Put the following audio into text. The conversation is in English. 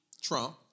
Trump